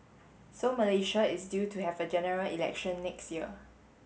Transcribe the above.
so Malaysia is due to have a General Election next year